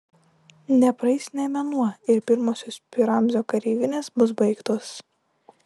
nepraeis nė mėnuo ir pirmosios pi ramzio kareivinės bus baigtos